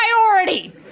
priority